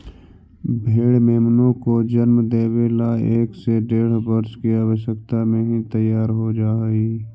भेंड़ मेमनों को जन्म देवे ला एक से डेढ़ वर्ष की अवस्था में ही तैयार हो जा हई